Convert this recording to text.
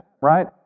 right